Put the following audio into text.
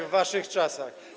w waszych czasach.